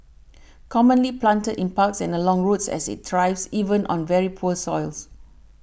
commonly planted in parks and along roads as it thrives even on very poor soils